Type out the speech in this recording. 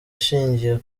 ishingiye